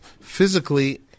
physically